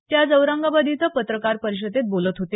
ते आज औरंगाबाद इथं पत्रकार परिषदेत बोलत होते